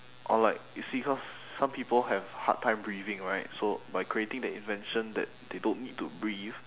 or like you see cause some people have hard time breathing right so by creating the invention that they don't need to breathe